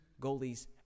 goalies